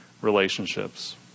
relationships